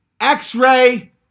X-ray